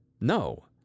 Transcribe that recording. No